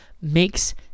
makes